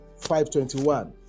5.21